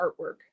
artwork